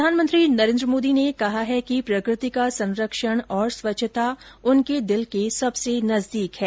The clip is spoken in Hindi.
प्रधानमंत्री नरेन्द्र मोदी ने कहा है कि प्रकृति का संरक्षण और स्वच्छता उनके दिल के सबसे नजदीक है